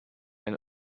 and